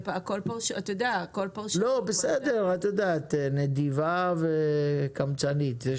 את יודעת נדיבה וקמצנית,